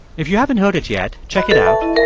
if you haven't heard it yet, check it out.